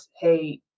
hey